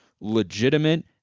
legitimate